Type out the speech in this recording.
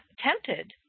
tempted